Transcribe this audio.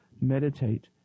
Meditate